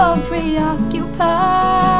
preoccupied